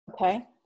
okay